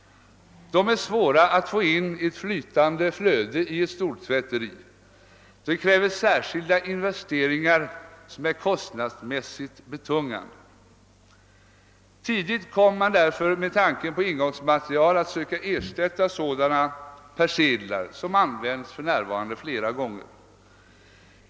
Dessa är svåra att få in i ett flytande flöde i ett stortvätteri. De kräver särskilda investeringar som är kostnadsmässigt betungande. Tidigt framfördes förslag om att med engångsmaterial ersätta sådana persedlar som för närvarande används flera gånger.